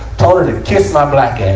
told her to kiss my black and